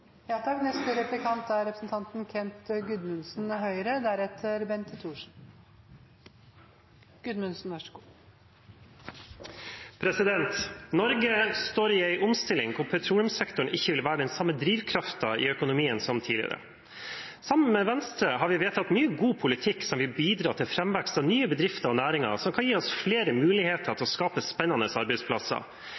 Norge står i en omstilling der petroleumssektoren ikke vil være den samme drivkraften i økonomien som tidligere. Sammen med Venstre har vi vedtatt mye god politikk som vil bidra til framvekst av nye bedrifter og næringer, og som kan gi oss flere muligheter til å skape spennende arbeidsplasser.